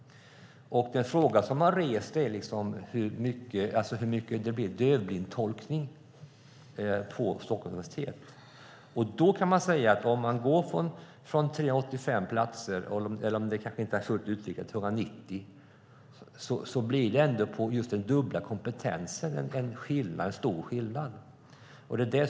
Den fråga som har rests är hur mycket dövblindtolkning det blir på Stockholms universitet. Om man går från 385 platser till 190 blir det en stor skillnad när det gäller just den dubbla kompetensen. Detta inger oro.